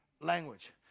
language